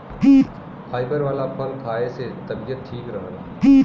fibre वाला फल खाए से तबियत ठीक रहला